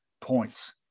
points